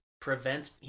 prevents –